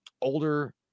older